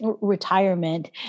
retirement